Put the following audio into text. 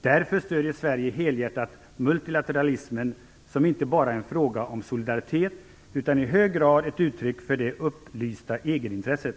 Därför stödjer Sverige helhjärtat multilateralismen som inte bara en fråga om solidaritet, utan i hög grad ett uttryck för det upplysta egenintresset.